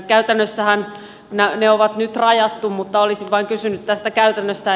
käytännössähän ne on nyt rajattu mutta olisin vain kysynyt tästä käytännöstä